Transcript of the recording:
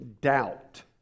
doubt